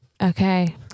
Okay